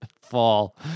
fall